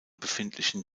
befindlichen